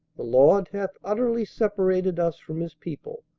the lord hath utterly separated us from his people.